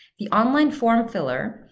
the online form filler,